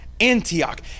Antioch